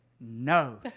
no